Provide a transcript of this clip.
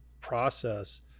process